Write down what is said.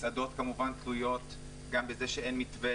מסעדות כמובן תלויות גם בזה שאין מתווה,